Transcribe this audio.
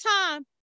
time